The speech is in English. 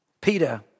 Peter